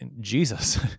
Jesus